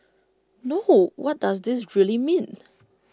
no what does this really mean